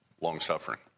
long-suffering